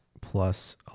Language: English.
plus